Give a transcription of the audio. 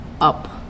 Up